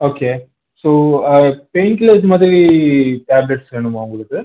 okay so painkillers மாதிரி tablets வேணுமா உங்களுக்கு